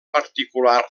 particular